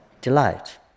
delight